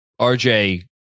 RJ